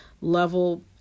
level